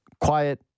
Quiet